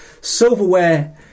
silverware